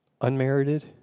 Unmerited